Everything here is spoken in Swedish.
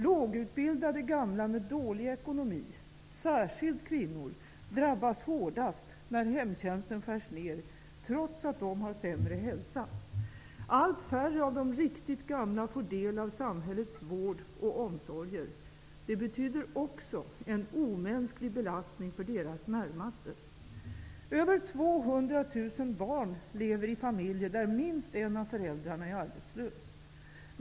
Lågutbildade gamla med dålig ekonomi -- särskilt kvinnor -- drabbas hårdast när hemtjänsten skär ner, trots att de har sämre hälsa. Allt färre av de riktigt gamla får del av samhällets vård och omsorger. Det betyder också en omänsklig belastning för deras närmaste. Över 200 000 barn lever i familjer där minst en av föräldrarna är arbetslös.